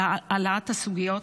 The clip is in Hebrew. על העלאת הסוגיות